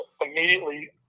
immediately